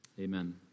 Amen